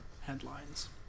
headlines